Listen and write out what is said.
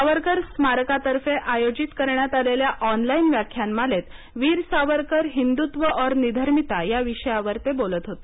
सावरकर स्मारकातर्फे आयोजित करण्यात आलेल्या ऑनलाइन व्याख्यानमालेत वीर सावरकरका हिंदुत्त्व और निधर्मिता या विषयावर ते बोलत होते